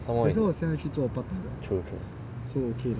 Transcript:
someone true true